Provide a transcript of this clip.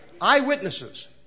Eyewitnesses